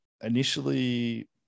initially